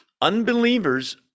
Unbelievers